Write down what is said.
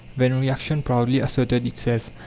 then reaction proudly asserted itself,